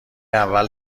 اول